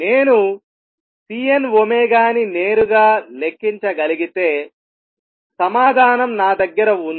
నేను Cnω ని నేరుగా లెక్కించగలిగితే సమాధానం నా దగ్గర ఉంది